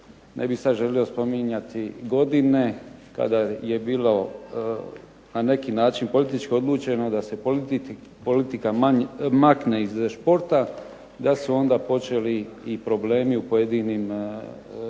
ne bih sad želio spominjati godine kada je bilo na neki način politički odlučeno da se politika makne iz športa, da su onda počeli i problemi u pojedinim sportovima.